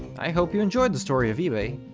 i hope you enjoyed the story of ebay.